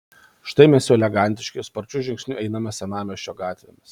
štai mes jau elegantiški sparčiu žingsniu einame senamiesčio gatvėmis